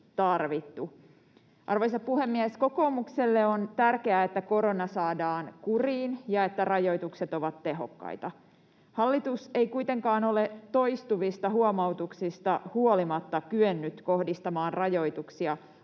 Arvoisa puhemies! Kokoomukselle on tärkeää, että korona saadaan kuriin ja että rajoitukset ovat tehokkaita. Hallitus ei kuitenkaan ole toistuvista huomautuksista huolimatta kyennyt kohdistamaan rajoituksia